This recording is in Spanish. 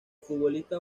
futbolista